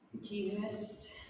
Jesus